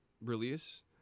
release